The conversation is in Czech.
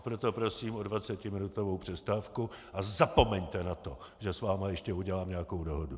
Proto prosím o dvacetiminutovou přestávku a zapomeňte na to, že s vámi ještě udělám nějakou dohodu.